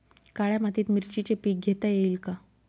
काळ्या मातीत मिरचीचे पीक घेता येईल का?